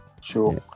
Sure